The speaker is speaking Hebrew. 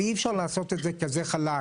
ואי אפשר לעשות את זה כזה חלק.